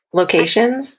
locations